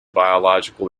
biological